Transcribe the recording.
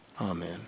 Amen